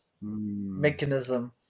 mechanism